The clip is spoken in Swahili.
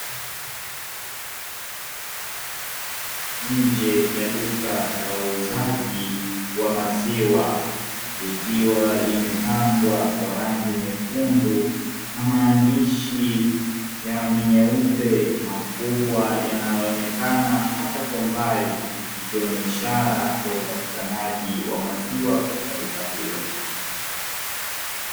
Nje ya duka la uuzaji wa maziwa, likiwa limepambwa kwa rangi nyekundu na maandishi ya rangi nyeupe, makubwa; yanayoonekana hata kwa mbali, ikiwa ni ishara ya upatikanaji wa maziwa katika duka hilo.